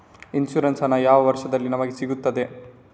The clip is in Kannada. ಇನ್ಸೂರೆನ್ಸ್ ಹಣ ಯಾವ ವರ್ಷದಲ್ಲಿ ನಮಗೆ ಸಿಗುತ್ತದೆ?